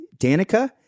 Danica